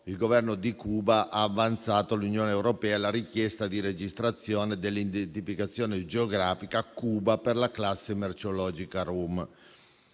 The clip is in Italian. il Governo di Cuba ha avanzato all'Unione europea la richiesta di registrazione dell'identificazione geografica "Cuba" per la classe merceologica